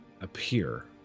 appear